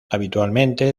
habitualmente